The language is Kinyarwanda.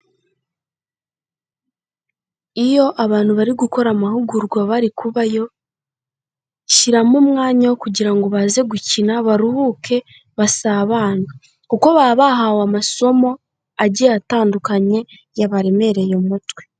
Iyo abantu bari gukora amahugurwa bari kubayo, shyiramo umwanya wo kugira ngo baze gukina baruhuke basabane, kuko baba bahawe amasomo agiye atandukanye yabaremereye umutwe.